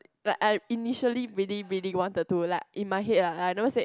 but I initially really really wanted to like in my head ah I never said